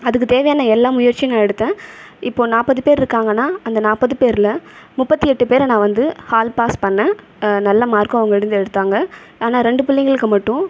அதுக்குத் தேவையான எல்லா முயற்சியும் நான் எடுத்தேன் இப்போ நாற்பது பேர் இருக்காங்கனால் அந்த நாற்பது பேரில் முப்பத்தி எட்டு பேரை நான் வந்து ஆல் பாஸ் பண்ணேன் நல்ல மார்க்கும் அவங்க வந்து எடுத்தாங்க ஆனா ரெண்டு பிள்ளைங்களுக்கு மட்டும்